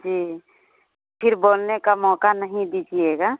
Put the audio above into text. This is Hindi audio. जी फिर बोलने का मौक़ा नहीं दीजिएगा